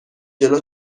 جلو